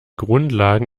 grundlagen